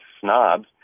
snobs